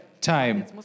time